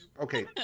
okay